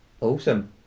Awesome